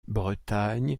bretagne